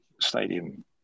Stadium